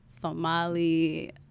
somali